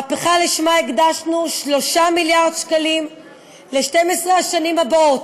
מהפכה שלשמה הקדשנו 3 מיליארד שקלים ל-12 השנים הבאות,